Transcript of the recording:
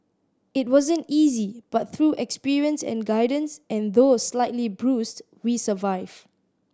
it wasn't easy but through experience and guidance and though slightly bruised we survive